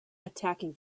attacking